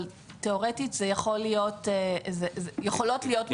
אבל תיאורטית יכולות להיות מוקמות גם וועדות שרים אחרות.